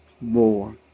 more